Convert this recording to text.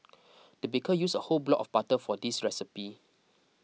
the baker used a whole block of butter for this recipe